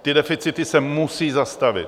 Ty deficity se musí zastavit.